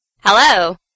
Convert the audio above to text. Hello